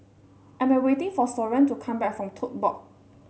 I'm awaiting for Soren to come back from Tote Board